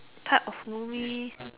type of movie